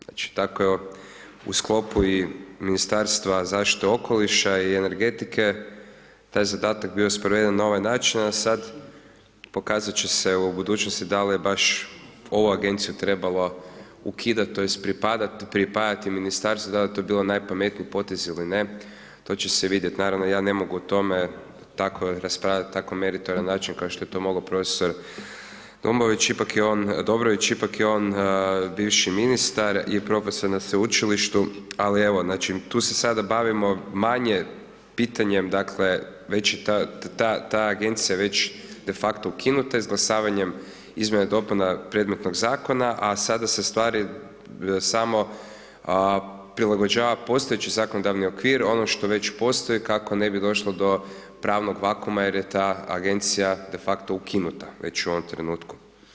Znači tako i u sklopu Ministarstva zaštite okoliša i energetike taj zadatak je bio sproveden na ovaj način a sad pokazat će se u budućnosti da li je baš ovu agenciju trebalo ukidat tj. pripajat ministarstvu, da li je to bilo najpametniji potez ili ne, to će se vidjet, naravno ja ne mogu o tome tako raspravljati, tako na meritoran način kao što je to mogao prof. Dobrović, ipak je on bivši ministar i profesor na sveučilištu ali evo, znači tu se sada bavimo manje pitanjem dakle već i ta agencija, već je de facto ukinuta izglasavanjem izmjena i dopuna predmetnog zakona a sada se ustvari samo prilagođava postojeći zakonodavni okvir, ono što već postoji kako ne bi došlo do pravnog vakuuma jer je ta agencija de facto ukinuta već u ovom trenutku.